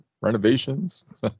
renovations